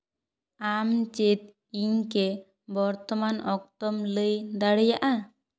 ᱟᱢ ᱪᱮᱫ ᱤᱧ ᱠᱮ ᱵᱚᱨᱛᱚᱢᱟᱱ ᱚᱠᱛᱚᱢ ᱞᱟᱹᱭ ᱫᱟᱲᱮᱭᱟᱜᱼᱟ